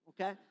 Okay